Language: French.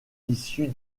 issue